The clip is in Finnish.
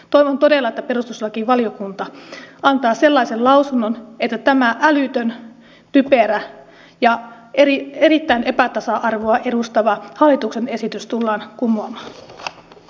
toivon todella että perustuslakivaliokunta antaa sellaisen lausunnon että tämä älytön typerä ja erittäin epätasa arvoinen hallituksen esitys tullaan kumoamaan